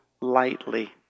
lightly